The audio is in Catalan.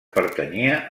pertanyia